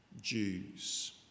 Jews